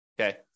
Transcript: Okay